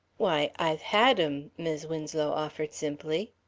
why, i've had em, mis' winslow offered simply.